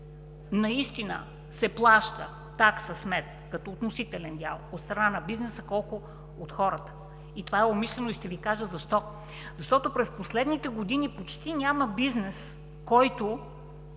наистина се плаща такса смет като относителен дял от страна на бизнеса, колко от хората? Това е умишлено и ще Ви кажа защо – защото през последните години почти няма бизнес, който